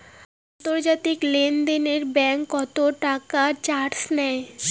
আন্তর্জাতিক লেনদেনে ব্যাংক কত টাকা চার্জ নেয়?